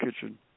Kitchen